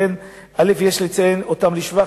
יש לציין אותם לשבח,